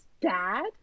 dad